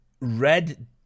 Red